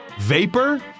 Vapor